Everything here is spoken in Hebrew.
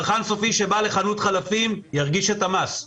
צרכן סופי שבא לחנות חלפים, ירגיש את המס.